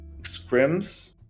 Scrims